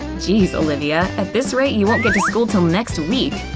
geez olivia, at this rate you won't get to school til next week!